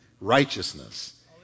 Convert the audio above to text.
righteousness